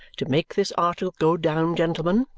to make this article go down, gentlemen,